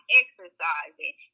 exercising